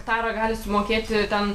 hektarą gali sumokėti ten